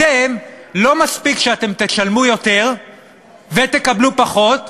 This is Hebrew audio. אתם, לא מספיק שתשלמו יותר ותקבלו פחות,